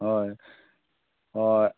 ᱦᱚᱭ ᱦᱚᱭ